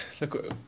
look